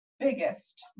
biggest